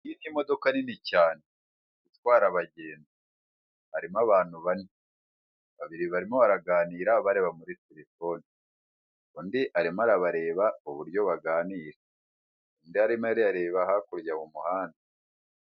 Iyi ni imodoka nini cyane itwara abagenzi harimo abantu bane, babiri barimo baraganira bareba muri telefone undi arimo arabareba uburyo baganira undi arimo arareba hakurya mu muhanda.